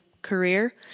career